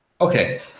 Okay